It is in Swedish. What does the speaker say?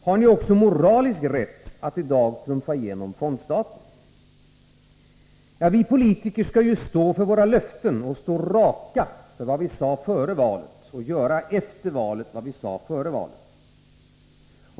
Har ni också moralisk rätt att i dag trumfa igenom fondstaten? Vi politiker skall ju stå för våra löften, stå raka för vad vi sade före valet och göra efter valet vad vi sade före valet.